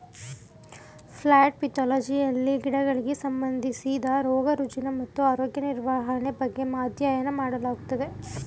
plant ಪೆದೊಲಜಿಯಲ್ಲಿ ಗಿಡಗಳಿಗೆ ಸಂಬಂಧಿಸಿದ ರೋಗ ರುಜಿನ ಮತ್ತು ಆರೋಗ್ಯ ನಿರ್ವಹಣೆ ಬಗ್ಗೆ ಅಧ್ಯಯನ ಮಾಡಲಾಗುತ್ತದೆ